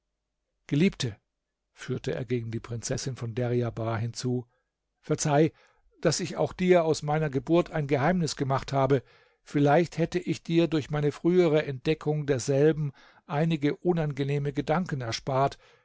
geliebte fügte er gegen die prinzessin von deryabar hinzu verzeih daß ich auch dir aus meiner geburt ein geheimnis gemacht habe vielleicht hätte ich dir durch meine frühere entdeckung derselben einige unangenehme gedanken erspart